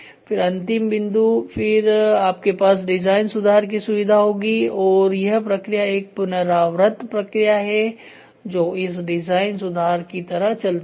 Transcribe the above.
फिर अंतिम बिंदु फिर आपके पास डिजाइन सुधार की सुविधा होगी और यह प्रक्रिया एक पुनरावृत प्रक्रिया है जो इस डिजाइन सुधार की तरह चलती है